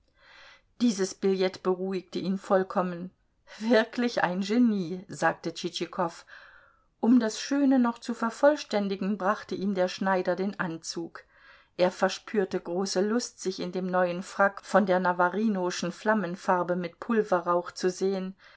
dieses billett beruhigte ihn vollkommen wirklich ein genie sagte tschitschikow um das schöne noch zu vervollständigen brachte ihm der schneider den anzug er verspürte große lust sich in dem neuen frack von der navarinoschen flammenfarbe mit pulverrauch zu sehen